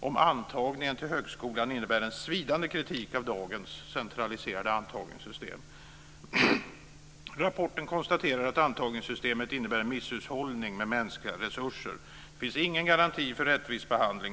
om antagningen till högskolan innebär en svidande kritik av dagens centraliserade antagningssystem. I rapporten konstateras att antagningssystemet innebär misshushållning med mänskliga resurser. Det finns ingen garanti för en rättvis behandling.